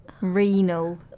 Renal